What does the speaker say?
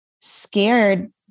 scared